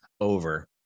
over